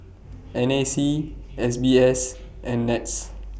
N A C S B S and Nets